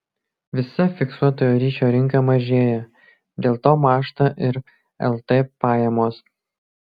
visa fiksuotojo ryšio rinka mažėja dėl to mąžta ir lt pajamos